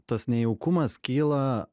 tas nejaukumas kyla